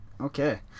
Okay